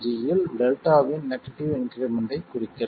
இல் டெல்டாவின் நெகட்டிவ் இன்க்ரிமெண்ட்டைக் குறிக்கிறது